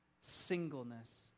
singleness